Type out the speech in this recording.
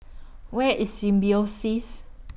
Where IS Symbiosis